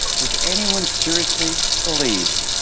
does anyone seriously believe